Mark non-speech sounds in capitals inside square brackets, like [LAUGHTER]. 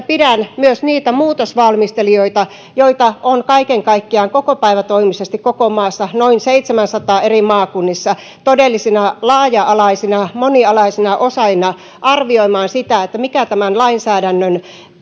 [UNINTELLIGIBLE] pidän myös niitä muutosvalmistelijoita joita on kaiken kaikkiaan kokopäivätoimisesti koko maassa noin seitsemänsataa eri maakunnissa todellisina laaja alaisina monialaisina osaajina arvioimaan sitä mikä tämän lainsäädännön